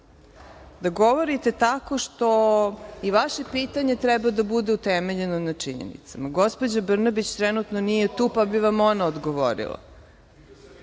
da govorite tako što i vaše pitanje treba da bude utemeljeno na činjenicama. Gospođa Brnabić trenutno nije tu, pa bi vam ona odgovorila.